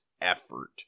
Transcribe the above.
effort